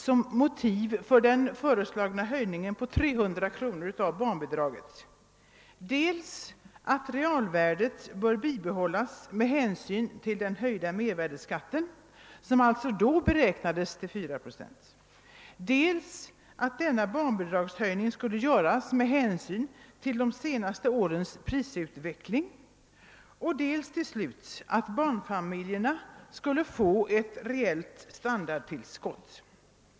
Som motiv för den föreslagna höjningen av barnbidräget med 300 kronor anges i statsverkspropositionen dels att bidragets realvärde bör bibehållas med hänsyn till den höjda mervärdeskatten, som alltså då beräknades till 4 procent, dels att en höjning var motiverad med hänsyn till de senaste årens prisutveckling, dels slutligen att barnfamiljerna skulle få en reell standardökning.